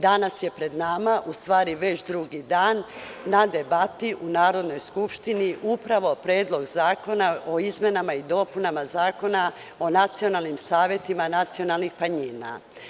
Danas je pred nama, odnosno već drugi dan na debati u Narodnoj skupštini upravo Predlog zakona o izmenama i dopunama Zakona o nacionalnim savetima nacionalnih manjina.